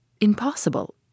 Impossible